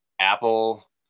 Apple